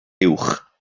uwch